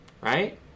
right